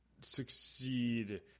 succeed